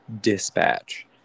Dispatch